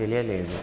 తెలియలేదు